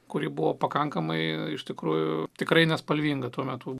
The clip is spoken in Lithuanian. kuri buvo pakankamai iš tikrųjų tikrai nespalvinga tuo metu